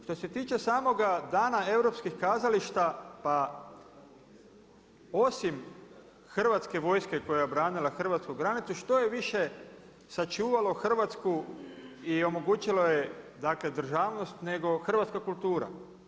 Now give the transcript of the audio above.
Što se tiče samoga Dana europskih kazališta pa osim Hrvatske vojske koja je obranila hrvatsku granicu što je više sačuvalo Hrvatsku i omogućilo joj dakle državnost nego hrvatska kultura?